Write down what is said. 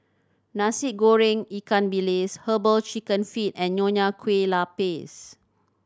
Nasi Goreng ikan bilis Herbal Chicken Feet and Nonya Kueh Lapis